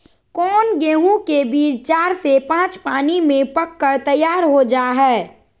कौन गेंहू के बीज चार से पाँच पानी में पक कर तैयार हो जा हाय?